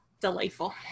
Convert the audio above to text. Delightful